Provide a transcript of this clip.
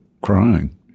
crying